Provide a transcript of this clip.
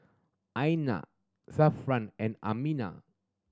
Aina Zafran and Aminah